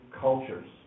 cultures